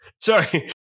Sorry